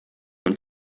und